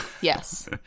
Yes